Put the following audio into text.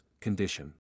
condition